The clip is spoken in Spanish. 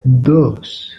dos